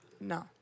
No